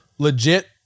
Legit